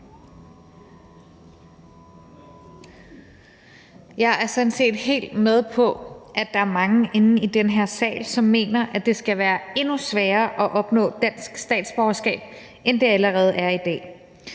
Jeg er sådan set helt med på, at der er mange i den her sal, som mener, at det skal være endnu sværere at opnå dansk statsborgerskab, end det allerede er i dag.